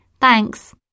Thanks